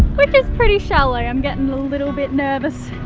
which is pretty shallow, i'm getting a little bit nervous.